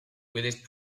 with